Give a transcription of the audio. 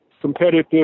competitive